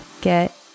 get